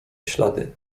ślady